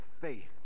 faith